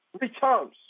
returns